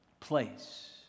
Place